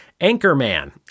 Anchorman